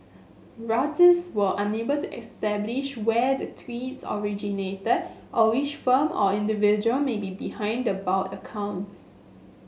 Reuters were unable to establish where the tweets originated or which firm or individual may be behind the bot accounts